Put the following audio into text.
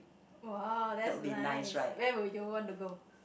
!wow! that's nice where would you want to go